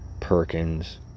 Perkins